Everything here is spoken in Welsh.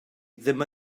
ddim